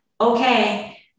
okay